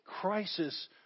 crisis